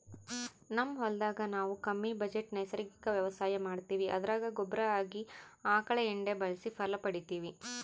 ನಮ್ ಹೊಲದಾಗ ನಾವು ಕಮ್ಮಿ ಬಜೆಟ್ ನೈಸರ್ಗಿಕ ವ್ಯವಸಾಯ ಮಾಡ್ತೀವಿ ಅದರಾಗ ಗೊಬ್ಬರ ಆಗಿ ಆಕಳ ಎಂಡೆ ಬಳಸಿ ಫಲ ಪಡಿತಿವಿ